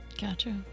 Gotcha